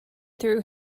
threw